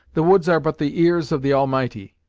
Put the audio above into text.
the woods are but the ears of the almighty,